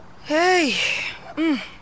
Hey